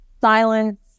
silence